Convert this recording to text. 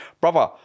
Brother